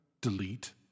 delete